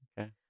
Okay